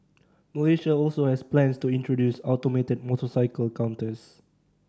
Malaysia also has plans to introduce automated motorcycle counters